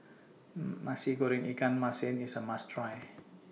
Nasi Goreng Ikan Masin IS A must Try